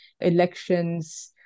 elections